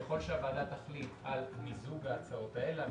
ככל שהוועדה תחליט על מיזוג ההצעות האלה,